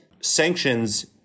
sanctions